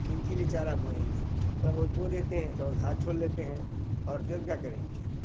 इनके लिए चारा बोएंगे थोड़ा बहुत बो देते हैं थोड़ा हाथ छोड़ लेते हैं और देव क्या करेंगे बेचारी